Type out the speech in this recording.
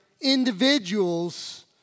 individuals